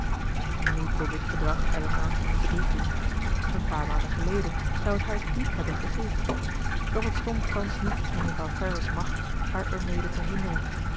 nu kon dit gedrag elinor geen verdriet doen een paar maanden geleden zou het haar diep hebben gegriefd doch het stond thans niet in mevrouw ferrars macht haar ermede te hinderen